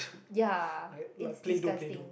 ya it's disgusting